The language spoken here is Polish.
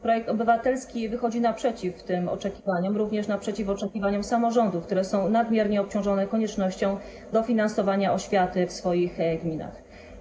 Projekt obywatelski wychodzi naprzeciw tym oczekiwaniom, również naprzeciw oczekiwaniom samorządów, które są nadmiernie obciążone koniecznością dofinansowania oświaty w swoich gminach.